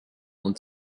und